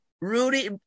Rudy